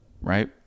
right